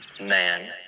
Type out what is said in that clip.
man